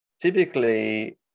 typically